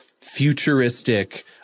futuristic